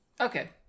Okay